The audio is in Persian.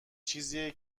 چیزیه